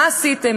מה עשיתם,